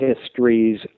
histories